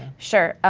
sure.